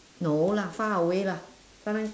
no lah far away lah sometime